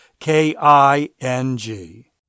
K-I-N-G